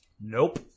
Nope